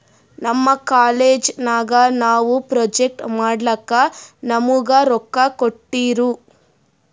ನಮ್ ಕಾಲೇಜ್ ನಾಗ್ ನಾವು ಪ್ರೊಜೆಕ್ಟ್ ಮಾಡ್ಲಕ್ ನಮುಗಾ ರೊಕ್ಕಾ ಕೋಟ್ಟಿರು